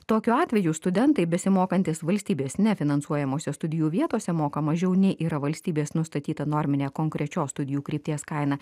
tokiu atveju studentai besimokantys valstybės nefinansuojamose studijų vietose moka mažiau nei yra valstybės nustatyta norminė konkrečios studijų krypties kaina